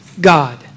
God